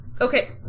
Okay